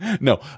no